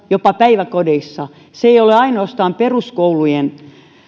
jopa päiväkodeissa se ei ole ainoastaan peruskoulujen